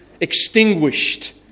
extinguished